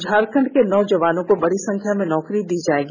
झारखंड के नौजवानों को बड़ी संख्या में नौकरी मिलेगी